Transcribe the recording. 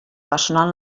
personal